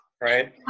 right